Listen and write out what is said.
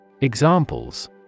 Examples